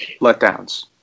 letdowns